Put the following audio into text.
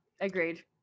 agreed